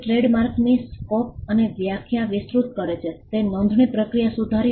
તે ટ્રેડમાર્કની સ્કોપ અને વ્યાખ્યા વિસ્તૃત કરે છે તે નોંધણી પ્રક્રિયા સુધારી